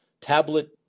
tablet